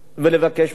ולבקש ממך,